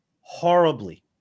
horribly